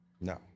no